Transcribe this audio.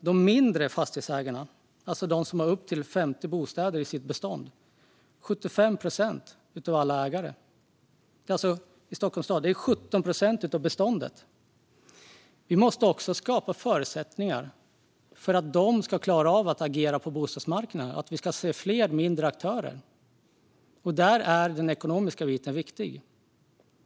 De mindre fastighetsägarna, de med upp till 50 bostäder i sitt bestånd, utgör 75 procent av alla ägare, vilket motsvarar 17 procent av bostadsbeståndet. Vi måste skapa förutsättningar för att fler mindre aktörer ska klara av att agera på bostadsmarknaden. Där är den ekonomiska biten viktig.